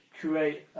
create